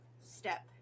step